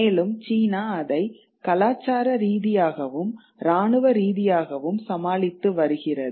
மேலும் சீனா அதை கலாச்சார ரீதியாகவும் இராணுவ ரீதியாகவும் சமாளித்து வருகிறது